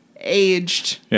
aged